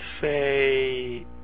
say